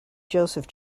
joseph